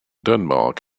denmark